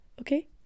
okay